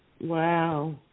Wow